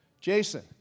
Jason